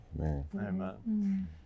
Amen